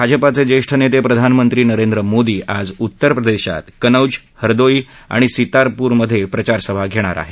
भाजपाचे ज्येष्ठ नेते प्रधानमंत्री नरेंद्र मोदी आज उत्तरप्रदेशात कनौज हरदोई आणि सीतापुरमधे प्रचार सभा घेणार आहेत